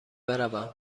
بروم